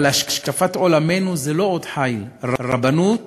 אבל להשקפת עולמנו זה לא עוד חיל, רבנות